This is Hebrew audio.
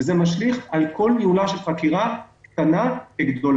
וזה משליך על כל ניהולה של חקירה, קטנה כגדולה.